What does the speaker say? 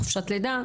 חופשת לידה,